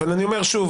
אבל אני אומר שוב.